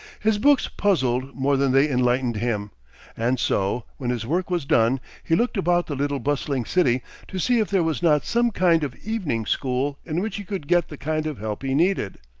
his books puzzled more than they enlightened him and so, when his work was done, he looked about the little bustling city to see if there was not some kind of evening school in which he could get the kind of help he needed.